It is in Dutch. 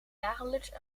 dagelijks